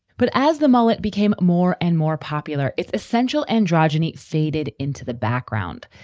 but as the mullet became more and more popular, it's essential androgenic faded into the background,